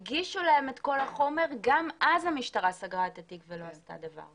הם החליטו לקחת את המקרה הזה ולא לוותר.